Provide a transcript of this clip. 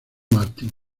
martin